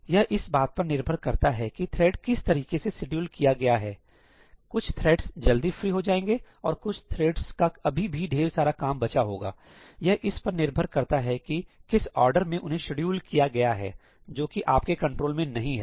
यह इस बात पर निर्भर करता है कि थ्रेड किस तरीके से शेड्यूल किया गया है कुछ थ्रेड्स जल्दी फ्री हो जाएंगे और कुछ थ्रेड्स का अभी भी ढेर सारा काम बचा होगा यह इस पर निर्भर करता है कि किस आर्डर में उन्हें शेड्यूल किया गया है जो कि आपके कंट्रोल में नहीं है